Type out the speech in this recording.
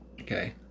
Okay